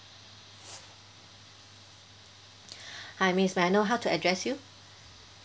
hi miss may I know how to address you